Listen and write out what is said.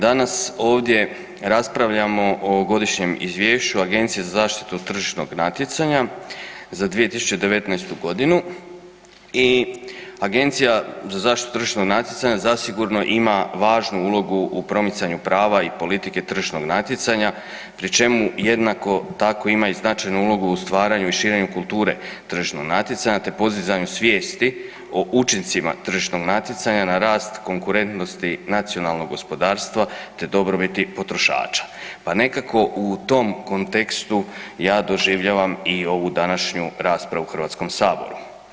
Danas ovdje raspravljamo o Godišnjem izvješću Agencije za zaštitu tržišnog natjecanja za 2019. g. i Agencija za zaštitu tržišnog natjecanja zasigurno ima važnu ulogu u primicanju prava i politike tržišnog natjecanja pri čemu jednako tamo ima i značajnu ulogu u stvaranju i širenju kulture tržišnog natjecanja te podizanju svijesti o učincima tržišnog natjecanja na rast konkurentnost nacionalnog gospodarstva te dobrobiti potrošača pa nekako u tom kontekstu ja doživljavam i ovu današnju raspravu u Hrvatskom saboru.